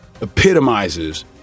epitomizes